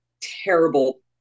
terrible